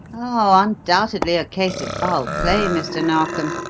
oh, undoubtedly a case of foul play, mr. narkom.